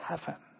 heaven